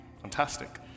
Fantastic